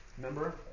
Remember